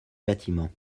bâtiment